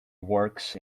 works